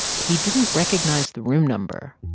he didn't recognize the room number.